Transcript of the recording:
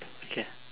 okay